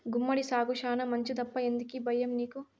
గుమ్మడి సాగు శానా మంచిదప్పా ఎందుకీ బయ్యం నీకు